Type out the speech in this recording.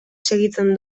segitzen